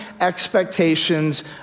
expectations